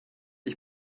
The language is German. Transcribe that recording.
ich